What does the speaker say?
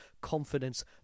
confidence